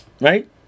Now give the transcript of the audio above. Right